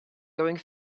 going